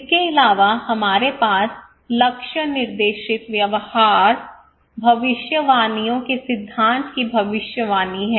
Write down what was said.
इसके अलावा हमारे पास लक्ष्य निर्देशित व्यवहार भविष्यवाणियों के सिद्धांत की भविष्यवाणी है